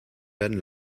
werden